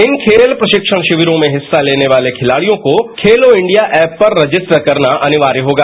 इन खेल प्रशिक्षण शिविरों में हिस्सा लेने वाले खिलाड़ियों को खेलो इंडिया ऐप पर रजिस्टर करना अनिवार्य होगा